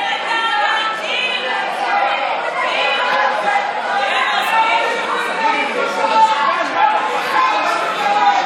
(הישיבה נפסקה בשעה 19:31 ונתחדשה בשעה 19:48.) חברות וחברים,